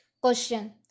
Question